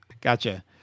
gotcha